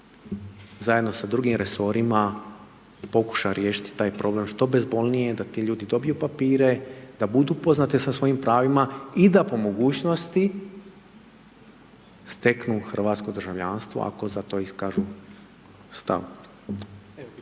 zajedno sa drugim resorima, pokuša riješiti taj problem što bezbolnije, da ti ljudi dobiju papire, da budu upoznati sa svojim pravima i da po mogućnosti, steknu hrvatsko državljanstvo ako za to iskažu stav.